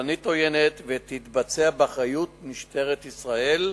חבלנית עוינת ותתבצע באחריות משטרת ישראל,